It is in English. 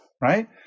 right